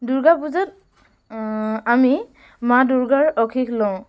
দুৰ্গা পূজাত আমি মা দুৰ্গাৰ আশীষ লওঁ